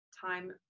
time